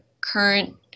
current